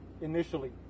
initially